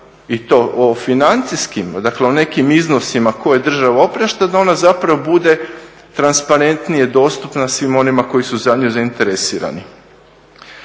i to o financijskim, dakle o nekim iznosima koje država oprašta, da ona zapravo bude transparentnije dostupna svima onima koji su za nju zainteresirani.